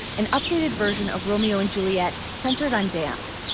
an updated version of romeo and juliet centered on dance